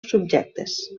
subjectes